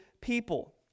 people